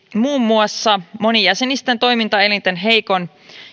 muun muassa monijäsenisten toimielinten heikon